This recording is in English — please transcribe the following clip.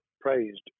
praised